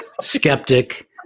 skeptic